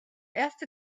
erste